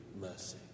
mercy